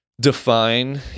define